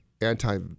anti